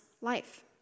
life